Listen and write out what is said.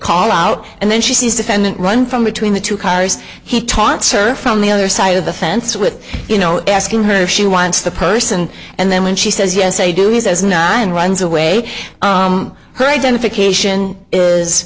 call out and then she sees defendant run from between the two cars he taught sir from the other side of the fence with you know asking her if she wants the person and then when she says yes i do he says nine runs away her identification is